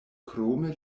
krome